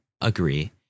agree